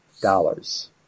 Dollars